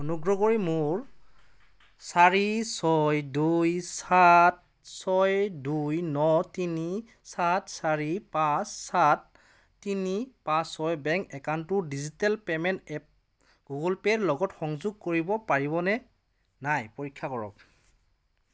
অনুগ্ৰহ কৰি মোৰ চাৰি ছয় দুই সাত ছয় দুই ন তিনি সাত চাৰি পাঁচ সাত তিনি পাঁচ ছয় বেংক একাউণ্টটো ডিজিটেল পে'মেণ্ট এপ গুগল পে'ৰ লগত সংযোগ কৰিব পাৰিনে নাই পৰীক্ষা কৰক